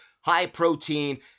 high-protein